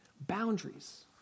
Boundaries